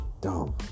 dumb